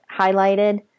highlighted